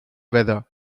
weather